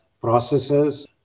processes